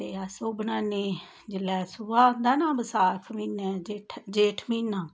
ते अस्स ओह् बनाने जेल्ले सौआ होंदा ना बसाख म्हीने जेठ जेठ म्हीना